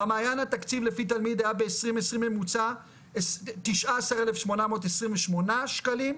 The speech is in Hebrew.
במעיין התקציב לפי תלמיד היה ב-2020 ממוצע 19,828 שקלים,